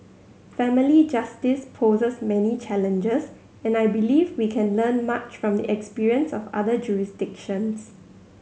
family justice poses many challenges and I believe we can learn much from the experience of other jurisdictions